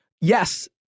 yes